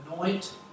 anoint